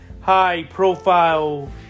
high-profile